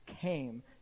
came